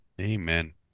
Amen